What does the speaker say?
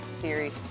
series